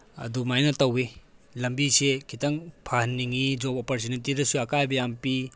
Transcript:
ꯑꯗꯨꯃꯥꯏꯅ ꯇꯧꯋꯤ ꯂꯝꯕꯤꯁꯦ ꯈꯤꯇꯪ ꯐꯍꯟꯅꯤꯡꯉꯤ ꯖꯣꯕ ꯑꯣꯄꯣꯔꯆꯨꯅꯤꯇꯤꯗꯁꯨ ꯑꯀꯥꯏꯕ ꯌꯥꯝ ꯄꯤ